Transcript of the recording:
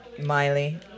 Miley